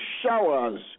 showers